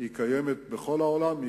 היא קיימת בכל העולם,